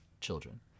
children